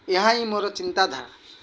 ଏହା ହିଁ ମୋର ଚିନ୍ତାଧାରା